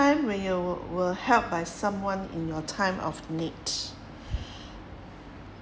time when you were were helped by someone in your time of need